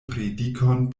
predikon